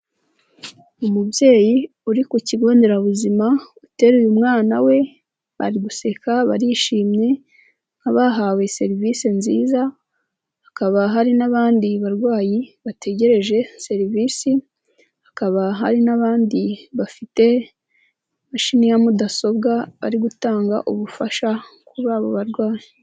Umubyeyi uri ku kigo nderabuzima uteruye mwana we, bari guseka barishimye nk'abahawe serivisi nziza, hakaba hari n'abandi barwayi bategereje serivisi, hakaba hari n'abandi bafite imashini ya mudasobwa ari gutanga ubufasha kuri abo barwayi.